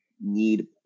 need